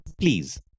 please